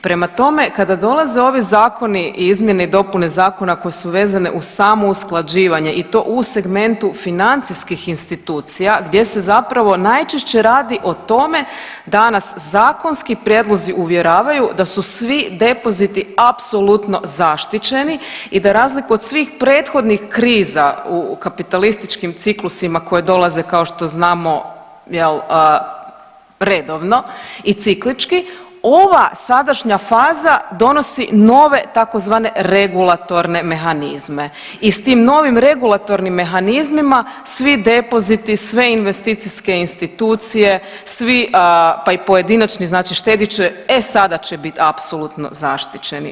Prema tome, kada dolaze ovi zakoni, izmjene i dopune zakona koje su vezane uz samo usklađivanje i to u segmentu financijskih institucija gdje se zapravo najčešće radi o tome da nas zakonski prijedlozi uvjeravaju da su svi depoziti apsolutno zaštićeni i da za razliku od svih prethodnih kriza u kapitalističkim ciklusima koji dolaze kao što znamo redovno i ciklički ova sadašnja faza donosi nove tzv. regulatorne mehanizme i s tim novim regulatornim mehanizmima svi depoziti, sve investicijske institucije, svi pa i pojedinačni znači štediše e sada će biti apsolutno zaštićeni.